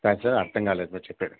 actually అర్ధం కాలేదు మీరు చెప్పేటిది